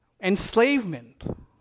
Enslavement